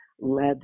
led